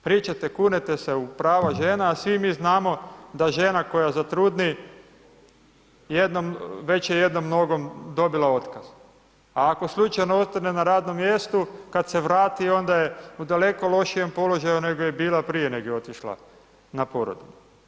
Pričate, kunete se u prava žena, a svi mi znamo da žena koja zatrudni jednom, već je jednom nogom dobila otkaz, a ako slučajno ostane na radnom mjestu kad se vrati, onda je u daleko lošijem položaju nego je bila prije nego je otišla na porodiljni.